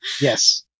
yes